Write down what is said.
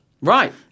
Right